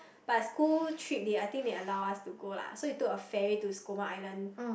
but school trip they I think they allow us to go lah so we took a ferry to Skomer Island